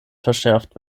verschärft